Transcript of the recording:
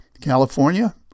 California